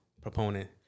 proponent